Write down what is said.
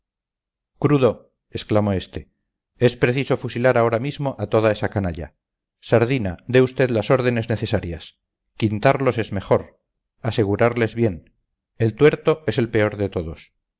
crudo exclamó este es preciso fusilar ahora mismo a toda esa canalla sardina dé usted las órdenes necesarias quintarlos es mejor asegurarles bien el tuerto es el peor de todos